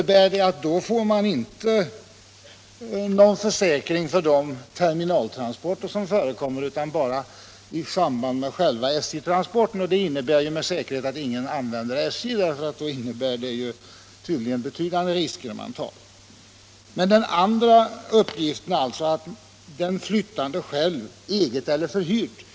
Därvid har det visat sig att man då inte får någon försäkring för de terminaltransporter som förekommer, utan försäkringen gäller endast i samband med själva SJ-transporten. 113 En följd därav blir med säkerhet att ingen använder sig av SJ-transport, eftersom det i så fall rör sig om betydande risker som man tar. Jag undrar också hur man skall tolka den andra uppgiften, dvs. att flyttningen kan ombesörjas ”av den flyttande själv med eget eller förhyrt fordon”.